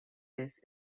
this